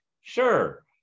sure